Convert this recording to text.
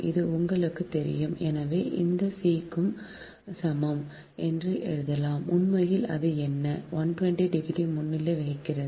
இது உங்களுக்குத் தெரியும் எனவே I c க்கு சமம் என்று எழுதலாம் உண்மையில் அது என்னை 120 டிகிரி முன்னிலை வகிக்கிறது